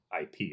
ip